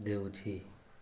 ଦେଉଛି